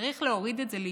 צריך להוריד את זה ליישום.